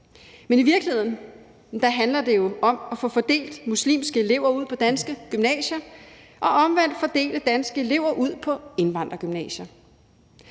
Men i virkeligheden handler det jo om at få fordelt muslimske elever ud på danske gymnasier og omvendt fordele danske elever ud på indvandrergymnasier.